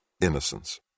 innocence